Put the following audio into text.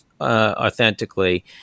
authentically